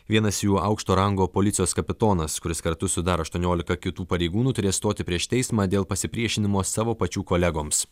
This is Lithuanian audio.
vienas jų aukšto rango policijos kapitonas kuris kartu su dar aštuoniolika kitų pareigūnų turės stoti prieš teismą dėl pasipriešinimo savo pačių kolegoms